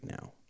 now